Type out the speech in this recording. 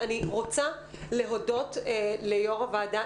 ואני רוצה להודות ליו"ר הוועדה,